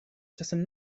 czasem